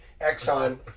Exxon